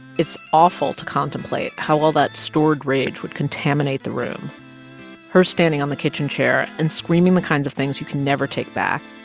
it's awful awful to contemplate how all that stored rage would contaminate the room her standing on the kitchen chair and screaming the kinds of things you can never take back,